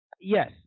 yes